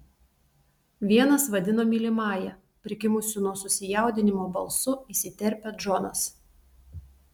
vienas vadino mylimąja prikimusiu nuo susijaudinimo balsu įsiterpia džonas